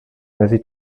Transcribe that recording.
mezi